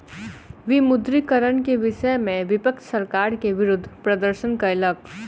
विमुद्रीकरण के विषय में विपक्ष सरकार के विरुद्ध प्रदर्शन कयलक